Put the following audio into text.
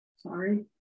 Sorry